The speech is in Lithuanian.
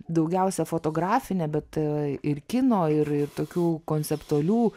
daugiausia fotografinę bet ir kino ir ir tokių konceptualių